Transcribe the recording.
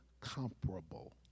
comparable